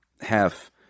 half